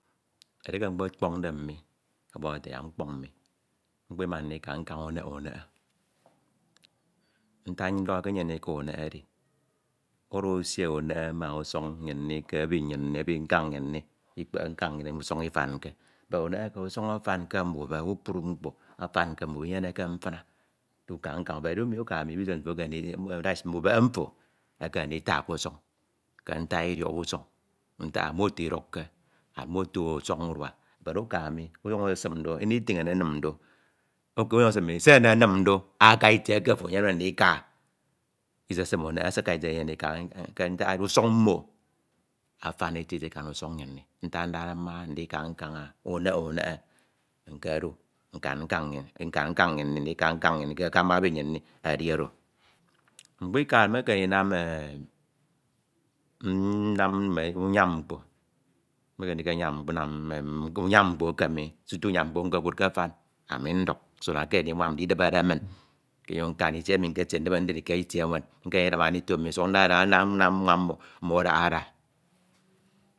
Edieke mkpe mkpọñde mmi, ọkpọdọhọde ete yak mkpọñ mi, mkpimma ndika nkañ unehe unehe, ntak ndọhọde ke nyem ndika unehe edi, uda usie unehe ma usuñ nnyin mi ke ebi nkañ nnyin mi ikpehe nkañ nnyin emi usuñ ifanke Bedunehe oko usuñ afan, mbubehe ke kpukpru mkpo inyeneke mfina Bedudu uka mi business mfo ekemidi, that is, mbubehe mto ekeme nditak k'usuñ ke ntak idiọk usuñ, ntak ah moto idukke and moto ọsọñ unia but uka mi unyuñ usesim do anything enemin do, okay unyuñ esesim do se enenim do aha itie eke ofo eyemde ndika, isesim aka itie eke ofo enyemde ndika ke ntak edide usuñ mmo afan eti eti akan usuñ nnyin mi, ntak ndade mmade ndika nkañ unehe unehe nkedu nkan nkañ nnyin mi, ndika nkañ nnyin mi, ndika nkañ nnyin mi akamba ebi nnyin mi edi oro. Mkpika mekeme ndinam e, n- nnam mme unyam mkpo, mekeme ndika nkanam mme mme unyam mkpo eke mi, suto unyam mkpo nkokud ke afan ami nduk do that ekeme ndidibere min ke enyoñ nkan itie emi nketiede ndidi k'itie enwen nkenyende nyene ma ndito mmi sukhọ nda ada nnam mwam mmo, mmo adaha ada.